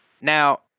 Now